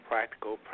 Practical